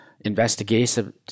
investigative